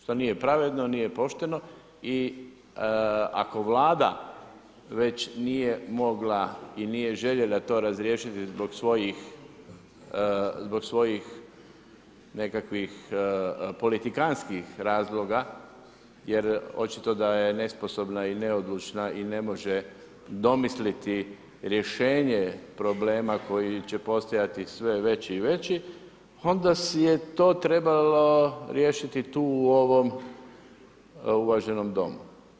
Što nije pravedno, nije pošteno i ako Vlada već nije mogla i nije željela to razriješiti zbog svojih nekakvih politikantskih razloga jer očito da je nesposobna i neodlučna i ne može domisliti rješenje problema koji će postajati sve veći i veći, onda si je to trebalo riješiti tu u ovom uvaženom domu.